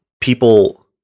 People